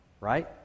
right